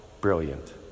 brilliant